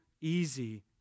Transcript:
easy